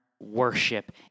worship